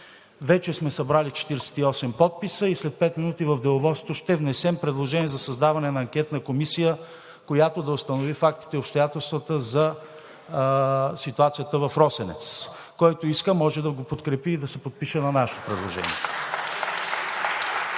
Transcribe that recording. вече сме събрали 48 подписа и след пет минути в Деловодството ще внесем предложение за създаване на анкетна комисия, която да установи фактите и обстоятелствата за ситуацията в „Росенец“. Който иска, може да го подкрепи и да се подпише на нашето предложение.